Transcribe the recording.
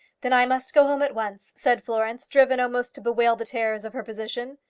then i must go home at once, said florence, driven almost to bewail the terrors of her position.